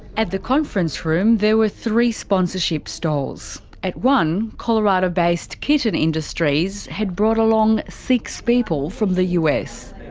at the conference room there were three sponsorship stalls. at one, colorado based keeton industries had brought along six people from the us.